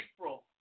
April